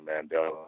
Mandela